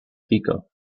vigo